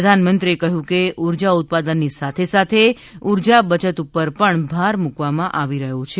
પ્રધાનમંત્રીએ કહ્યું કે ઉર્જા ઉત્પાદનની સાથે સાથે ઉર્જા બચત ઉપર પણ ભાર મૂકવામાં આવી રહ્યો છે